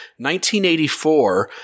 1984